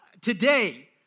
today